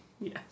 Yes